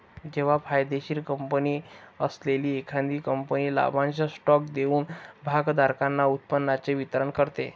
जेव्हा फायदेशीर कंपनी असलेली एखादी कंपनी लाभांश स्टॉक देऊन भागधारकांना उत्पन्नाचे वितरण करते